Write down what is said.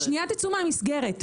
לשנייה תצאו מהמסגרת.